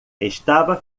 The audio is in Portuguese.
estava